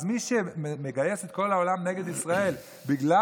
אז מי שמגייס את כל העולם נגד ישראל בגלל